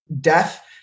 Death